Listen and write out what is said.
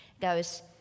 goes